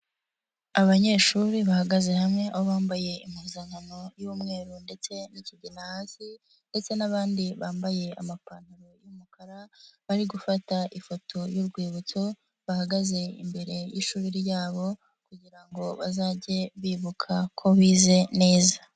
Abanyeshuri bahagaze hamwe aho bambaye impuzankano y'umweru ndetse n'ikigina hasi ndetse n'abandi bambaye amapantaro y'umukara, bari gufata ifoto y'urwibutso, bahagaze imbere y'ishuri ryabo kugira ngo bazajye bibuka ko bize neza.